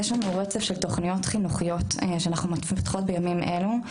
יש לנו רצף של תוכניות חינוכיות שאנחנו מפתחות בימים אלו,